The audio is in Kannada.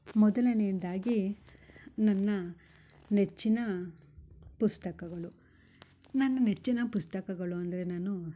ಮೊದಲೆನೆದಾಗಿ ನನ್ನ ನೆಚ್ಚಿನ ಪುಸ್ತಕಗಳು ನನ್ನ ನೆಚ್ಚಿನ ಪುಸ್ತಕಗಳು ಅಂದರೆ ನಾನು